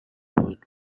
moon